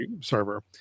server